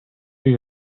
był